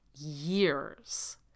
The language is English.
years